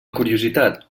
curiositat